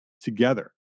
together